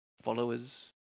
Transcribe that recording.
Followers